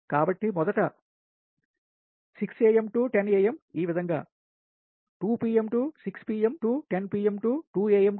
కాబట్టి మొదట 6 am 10 am ఈ విధంగా 2 pm 6 pm 10 pm 2 am 6 am